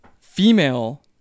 female